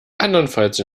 andernfalls